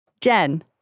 Jen